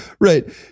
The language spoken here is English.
Right